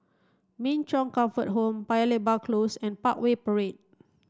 Min Chong Comfort Home Paya Lebar Close and Parkway Parade